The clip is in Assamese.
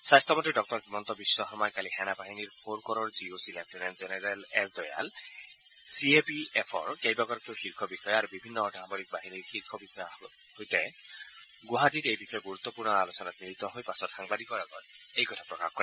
স্বাস্থ্যমন্ত্ৰী ডঃ হিমন্ত বিধ্ব শৰ্মাই কালি সেনা বাহিনীৰ ফৰ কৰৰ G O C lieutenant general S Dayal C A P এফৰ কেইবাগৰাকীও শীৰ্ষ বিষয়া আৰু বিভিন্ন অৰ্ধসামৰিক বাহিনীৰ শীৰ্ষ বিষয়াৰ সৈতে গুৱাহাটীত এই বিষয়ে গুৰুত্পূৰ্ণ আলোচনাত মিলিত হৈ পাছত সাংবাদিকৰ আগত এই কথা প্ৰকাশ কৰে